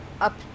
up